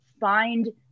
find